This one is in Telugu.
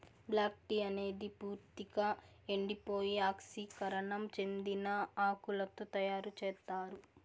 బ్లాక్ టీ అనేది పూర్తిక ఎండిపోయి ఆక్సీకరణం చెందిన ఆకులతో తయారు చేత్తారు